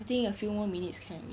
I think a few more minutes can already